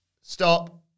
Stop